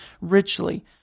richly